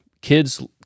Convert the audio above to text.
kids